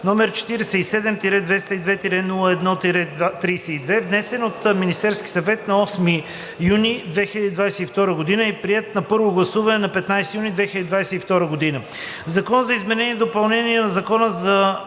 г., № 47-202-01-32, внесен от Министерския съвет на 8 юни 2022 г. и приет на първо гласуване на 15 юни 2022 г. „Закон за изменение и допълнение на Закона за